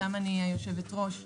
שאני היושבת-ראש שלה,